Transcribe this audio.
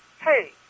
Hey